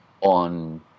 on